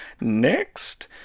next